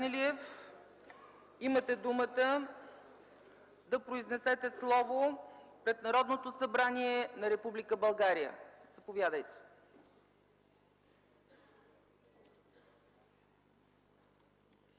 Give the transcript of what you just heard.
имате думата да произнесете слово пред Народното събрание на Република България. Заповядайте.